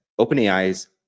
OpenAI's